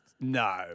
No